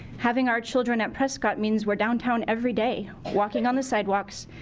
having our children at prescott means we're downtown everyday. walking on the sidewalks,